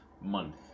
month